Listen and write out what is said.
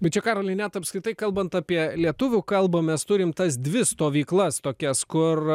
bet čia karoli net apskritai kalbant apie lietuvių kalbą mes turim tas dvi stovyklas tokias kur